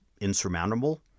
insurmountable